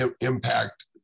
impact